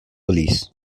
police